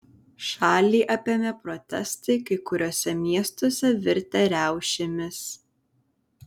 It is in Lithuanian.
šalį apėmė protestai kai kuriuose miestuose virtę riaušėmis